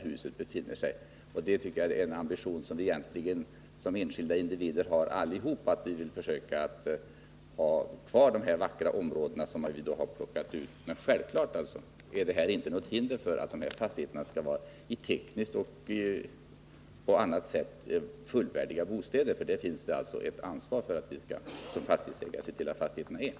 Jag tycker att vi alla som enskilda individer borde ha den ambitionen, så att vi kan få ha kvar de vackra områden som vi har valt ut. Men självfallet finns det ingenting som hindrar att fastigheterna på tekniskt och på annat sätt skall vara fullvärdiga bostäder. Fastighetsägarna har alltså ett ansvar för att fastigheterna uppfyller det kravet.